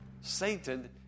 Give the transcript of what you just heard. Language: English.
Satan